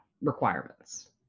requirements